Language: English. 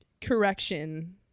correction